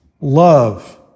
love